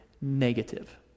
negative